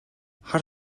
хар